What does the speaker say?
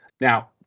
Now